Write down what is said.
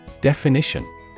Definition